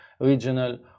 regional